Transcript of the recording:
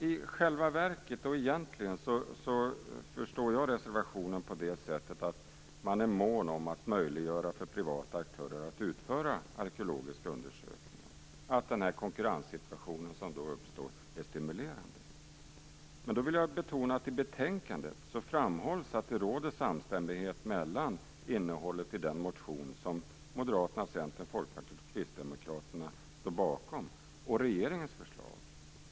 I själva verket förstår jag reservationen på det sättet att man är mån om att möjliggöra för privata aktörer att utföra arkeologiska undersökningar och att den konkurrenssituation som då uppstår är stimulerande. Då vill jag betona att det i betänkandet framhålls att det råder samstämmighet mellan innehållet i den motion som Moderaterna, Centern, Folkpartiet och Kristdemokraterna står bakom och regeringens förslag.